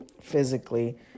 physically